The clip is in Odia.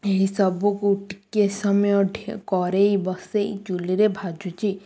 ଏହିସବୁକୁ ଟିକେ ସମୟ କଡ଼ାଇ ବସାଇ ଚୁଲିରେ ଭାଜୁଛି